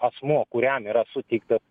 asmuo kuriam yra suteiktas